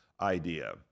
idea